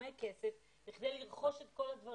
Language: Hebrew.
סכומי כסף בכדי לרכוש את כול הדברים?